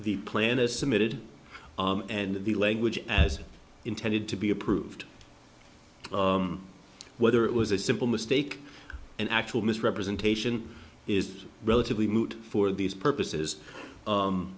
the plan as submitted and the language as intended to be approved whether it was a simple mistake an actual misrepresentation is relatively moot for these purposes